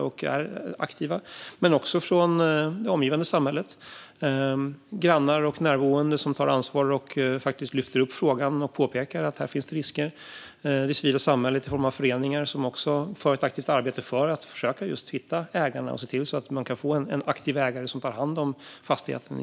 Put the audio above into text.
Likaså välkomnar vi initiativen från det omgivande samhället, såsom grannar och närboende som tar ansvar och lyfter upp frågan och påpekar att det finns risker, och det civila samhället i form av föreningar som arbetar aktivt för att försöka hitta ägarna och få fram en aktiv ägare som tar hand om fastigheten.